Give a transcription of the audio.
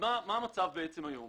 המצב היום